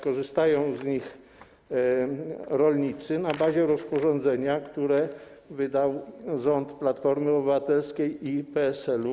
Korzystają z nich rolnicy na bazie rozporządzenia, które wydał rząd Platformy Obywatelskiej i PSL-u.